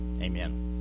Amen